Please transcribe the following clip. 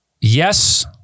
yes